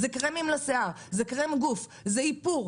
זה קרמים לשיער, זה קרם גוף, זה איפור.